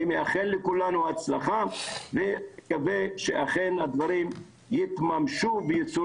אני מאחל לכולנו הצלחה ומקווה שאכן הדברים יתממשו ויצאו